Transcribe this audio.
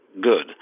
good